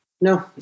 No